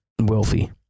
wealthy